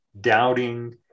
doubting